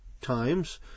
times